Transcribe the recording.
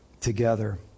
together